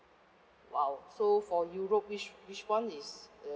!wow! so for europe which which one is